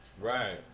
Right